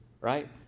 right